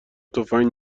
تفنگ